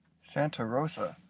santa rosa,